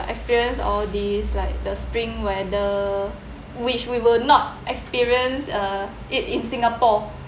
experience all these like the spring weather which we will not experience uh it in singapore